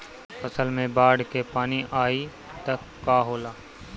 फसल मे बाढ़ के पानी आई त का होला?